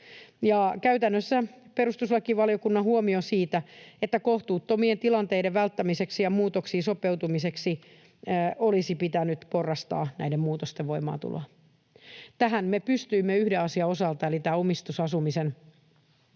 Käytännössä perustuslakivaliokunnan huomioon siitä, että kohtuuttomien tilanteiden välttämiseksi ja muutoksiin sopeutumiseksi olisi pitänyt porrastaa näiden muutosten voimaantuloa, me pystyimme vastaamaan yhden asian osalta — omistusasumisen asumistuen